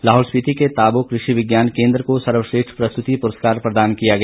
लाहौल स्पीति के ताबो कृषि विज्ञान केन्द्र को सर्वश्रेष्ठ प्रस्तुति पुरस्कार प्रदान किया गया